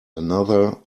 another